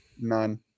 none